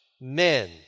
men